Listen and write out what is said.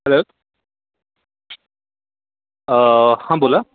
hello हा बोला